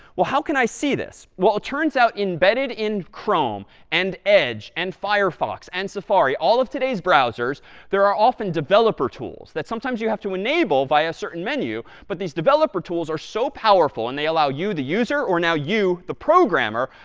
how can i see this? well, it turns out, embedded in chrome and edge and firefox and safari all of today's browsers there are often developer tools that sometimes you have to enable via a certain menu but these developer tools are so powerful and they allow you, the user, or now you, the programmer,